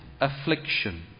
affliction